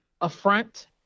affront